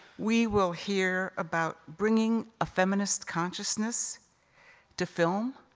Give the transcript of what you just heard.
we will hear about bringing a feminist consciousness to film,